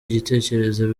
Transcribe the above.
igitekerezo